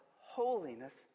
holiness